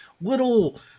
little